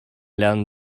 lernen